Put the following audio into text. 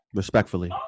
respectfully